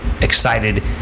excited